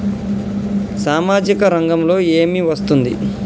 సామాజిక రంగంలో ఏమి వస్తుంది?